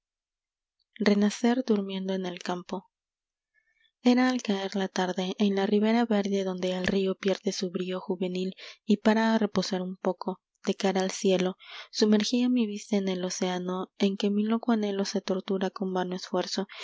renacer durmiendo en el campo r ra al caer la larde en la ribera verde donde el río pierde su brío juvenil y para a reposar un poco de cara al cielo sumergía mi vista en el océano en que mi loco anhelo se tortura con vano esfuerzo